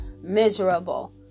miserable